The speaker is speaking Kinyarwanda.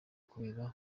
kubera